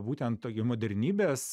būtent tokia modernybės